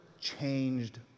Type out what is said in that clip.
changed